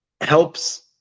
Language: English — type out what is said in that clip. helps